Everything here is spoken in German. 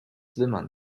wimmern